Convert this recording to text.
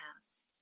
past